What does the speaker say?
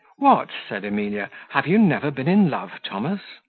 what! said emilia, have you never been in love, thomas?